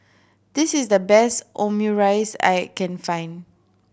this is the best Omurice I can find